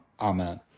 Amen